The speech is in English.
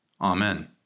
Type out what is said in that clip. Amen